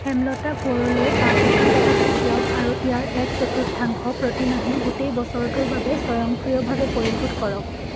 হেমলতা কোঁৱৰলৈ পাঁচ হেজাৰ টকা পঠিয়াওক আৰু ইয়াৰ এক চতুৰ্থাংশ প্ৰতিমাহে গোটেই বছৰটোৰ বাবে স্বয়ংক্ৰিয়ভাৱে পৰিশোধ কৰক